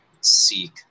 seek